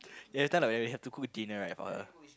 then everytime like when they had to cook dinner right for her